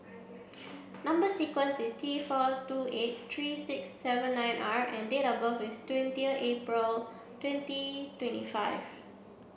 number sequence is T four two eight three six seven nine R and date of birth is twenty April twenty twenty five